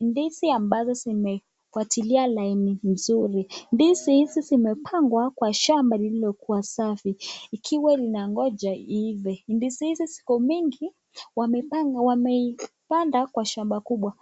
ndizi ambazo zimefuatilia laini mzuri , ndizi hizi zimepangwa kwa shamba lilokuwa safi . Ikiwa linangoja iive. Ndizi hizi ziko mingi wamepanda kwa shamba kubwa.